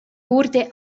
wurde